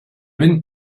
wind